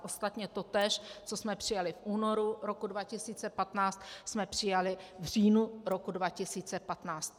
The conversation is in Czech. Ostatně totéž, co jsme přijali v únoru roku 2015, jsme přijali v říjnu roku 2015.